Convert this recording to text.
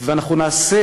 ואנחנו נעשה